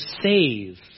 save